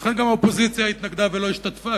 ולכן גם האופוזיציה התנגדה ולא השתתפה,